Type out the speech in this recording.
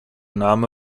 name